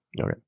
Okay